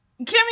Kimmy